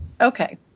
Okay